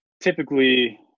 typically